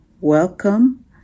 welcome